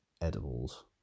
edibles